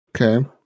Okay